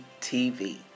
TV